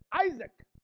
Isaac